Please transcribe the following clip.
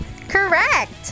Correct